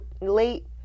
late